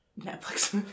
Netflix